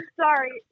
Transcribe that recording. sorry